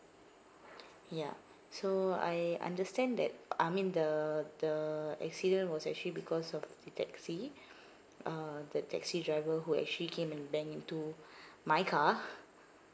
ya so I understand that I mean the the accident was actually because of the taxi uh the taxi driver who actually came and bang into my car